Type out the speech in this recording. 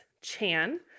Chan